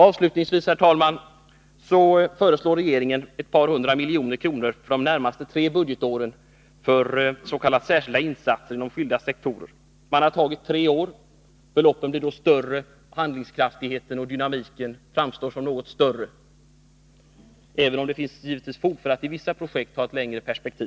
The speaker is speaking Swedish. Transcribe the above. Herr talman! Regeringen föreslår att ett par hundra miljoner skall anvisas för de närmaste tre budgetåren för s.k. särskilda insatser inom skilda sektorer. Regeringen har här låtit anslaget avse tre år. Beloppen blir då större, och också handlingskraften och dynamiken framstår som något större. Men givetvis finns det fog för att ha ett längre perspektiv för vissa projekt.